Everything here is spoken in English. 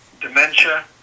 dementia